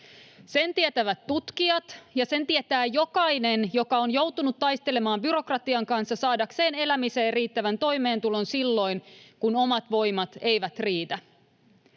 Sen tietävät tutkijat, ja sen tietää jokainen, joka on joutunut taistelemaan byrokratian kanssa saadakseen elämiseen riittävän toimeentulon silloin, kun omat voimat eivät riitä.